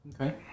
Okay